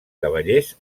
cavallers